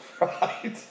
Right